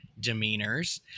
Demeanors